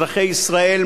אזרחי ישראל,